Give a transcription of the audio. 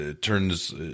turns